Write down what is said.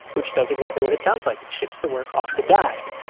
which does exactly what it sounds like. it ships the work off to dask.